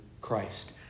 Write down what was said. Christ